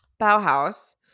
Bauhaus